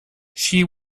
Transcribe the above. she